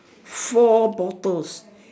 four bottles